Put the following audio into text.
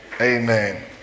amen